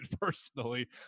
personally